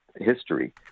history